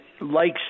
likes